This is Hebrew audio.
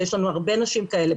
יש לנו הרבה נשים כאלה,